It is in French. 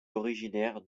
originaire